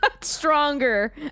Stronger